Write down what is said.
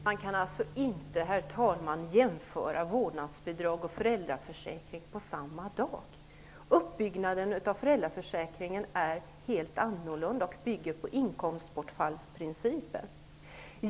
Herr talman! Man kan inte jämföra vårdnadsbidrag och föräldraförsäkring! Uppbyggnaden av föräldraförsäkringen är en helt annan, och den grundas på inkomstbortfallsprincipen.